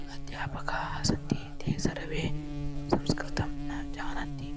अध्यापकाः सन्ति ते सर्वे संस्कृतं न जानन्ति